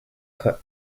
cut